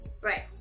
right